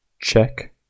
Check